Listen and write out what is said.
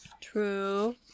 True